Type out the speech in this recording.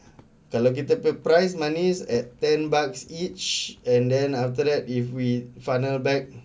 kalau kita punya prize money is at ten bucks each and then after that if we vinyl back